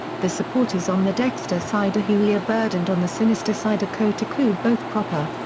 the supporters on the dexter side a huia bird and on the sinister side a kotuku both proper.